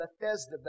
Bethesda